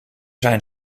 zijn